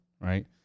right